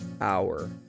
hour